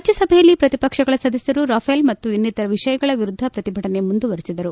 ರಾಜ್ಲಸಭೆಯಲ್ಲಿ ಪ್ರತಿಪಕ್ಷಗಳ ಸದಸ್ಯರು ರಫೇಲ್ ಮತ್ತು ಇನ್ನಿತರ ವಿಷಯಗಳ ವಿರುದ್ದ ಪ್ರತಿಭಟನೆ ಮುಂದುವರಿಸಿದರು